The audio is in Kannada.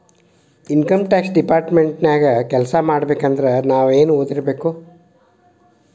ಇನಕಮ್ ಟ್ಯಾಕ್ಸ್ ಡಿಪಾರ್ಟ್ಮೆಂಟ ನ್ಯಾಗ್ ಕೆಲ್ಸಾಮಾಡ್ಬೇಕಂದ್ರ ನಾವೇನ್ ಒದಿರ್ಬೇಕು?